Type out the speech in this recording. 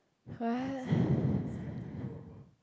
what